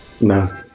no